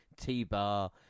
T-Bar